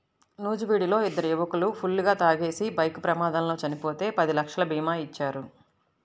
నూజివీడులో ఇద్దరు యువకులు ఫుల్లుగా తాగేసి బైక్ ప్రమాదంలో చనిపోతే పది లక్షల భీమా ఇచ్చారు